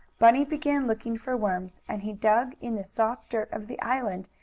bunny began looking for worms, and he dug in the soft dirt of the island,